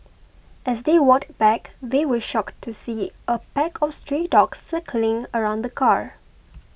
as they walked back they were shocked to see a pack of stray dogs circling around the car